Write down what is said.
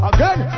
Again